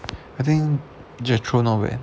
I think jethro not bad